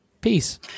Peace